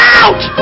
out